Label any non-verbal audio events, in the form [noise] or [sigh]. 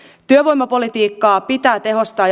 työvoimapolitiikkaa pitää tehostaa [unintelligible]